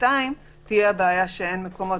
מוחרתיים תהיה בעיה שאין מקומות